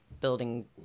building